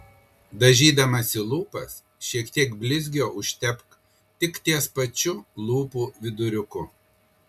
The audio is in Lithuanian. dažydamasi lūpas šiek tiek blizgio užtepk tik ties pačiu lūpų viduriuku